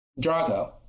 Drago